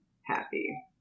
happy